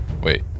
Wait